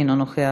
אינו נוכח,